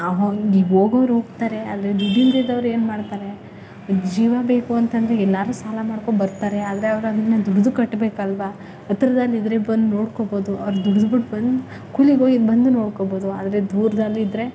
ಹೋಗೋರು ಹೋಗ್ತಾರೆ ಆದರೆ ದುಡ್ಡಿಲ್ಲದೇ ಇದ್ದವ್ರು ಏನು ಮಾಡ್ತಾರೆ ಜೀವ ಬೇಕು ಅಂತ ಅಂದ್ರೆ ಎಲ್ಲರೂ ಸಾಲ ಮಾಡ್ಕೊಂಡ್ಬರ್ತಾರೆ ಆದರೆ ಅವ್ರು ಅದನ್ನು ದುಡ್ದು ಕಟ್ಟಬೇಕಲ್ವ ಹತ್ರದಲ್ಲಿದ್ದರೆ ಬಂದು ನೋಡ್ಕೊಳ್ಬೋದು ಅವ್ರು ದುಡ್ದು ಬಿಟ್ಟು ಬಂದು ಕೂಲಿಗೋಗಿ ಬಂದು ನೋಡ್ಕೊಳ್ಬೋದು ಆದರೆ ದೂರದಲ್ಲಿದ್ರೆ